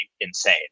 insane